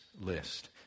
list